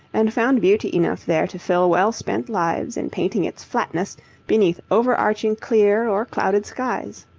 and found beauty enough there to fill well-spent lives in painting its flatness beneath over-arching clear or clouded skies.